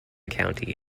county